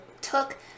took